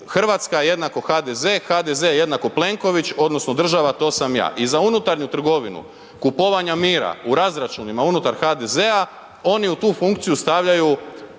Hrvatska=HDZ, HDZ=Plenković, odnosno država to sam ja. I za unutarnju trgovinu kupovanja mira u razračunima unutar HDZ-a oni u tu funkciju stavljaju